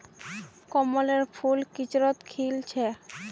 कमलेर फूल किचड़त खिल छेक